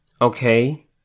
Okay